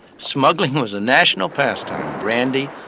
smuggling was a national pastime brandy,